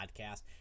podcast